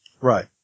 Right